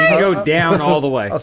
go down all the way. ah